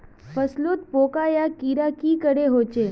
फसलोत पोका या कीड़ा की करे होचे?